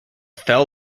fell